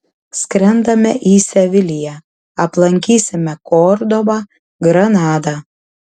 skrendame į seviliją aplankysime kordobą granadą